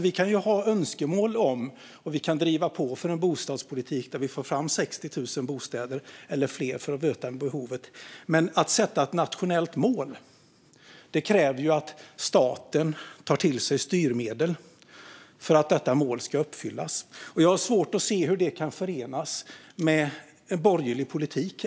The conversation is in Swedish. Vi kan ha önskemål om och driva på för en bostadspolitik där vi får fram 60 000 bostäder eller fler för att möta behovet. Men att sätta ett nationellt mål kräver att staten tar till styrmedel för att detta mål ska uppfyllas. Jag har ärligt talat svårt att se hur det kan förenas med en borgerlig politik.